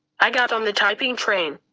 i got on the typing train.